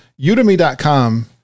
udemy.com